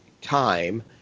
time